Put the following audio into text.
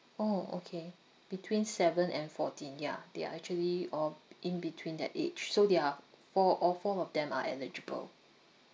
orh okay between seven and fourteen ya they are actually all in between that age so they are four all four of them are eligible